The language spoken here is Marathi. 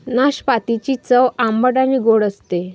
नाशपातीची चव आंबट आणि गोड असते